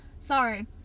Sorry